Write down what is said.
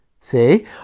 see